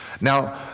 Now